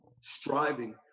striving